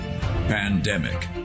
Pandemic